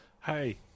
Hey